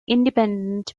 independent